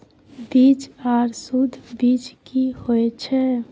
बीज आर सुध बीज की होय छै?